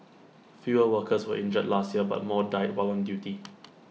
fewer workers were injured last year but more died while on duty